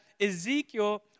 Ezekiel